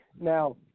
Now